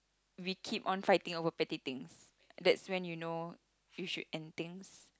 we keep on fighting over petty things that's when you know you should end things